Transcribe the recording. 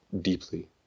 deeply